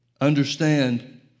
understand